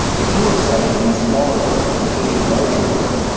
if you are citing a smaller work within a larger work,